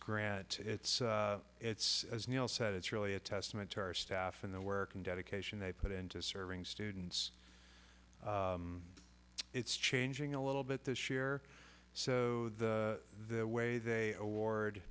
granted it's it's as neal said it's really a testament to our staff and the work and dedication they put into serving students it's changing a little bit this year so the way they award